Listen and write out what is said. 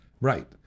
Right